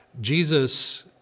Jesus